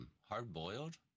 Hard-boiled